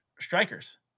Strikers